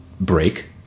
break